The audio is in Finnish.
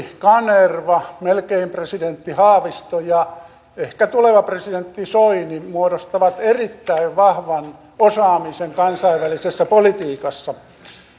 kanerva melkein presidentti haavisto ja ehkä tuleva presidentti soini muodostavat erittäin vahvan osaamisen kansainvälisessä politiikassa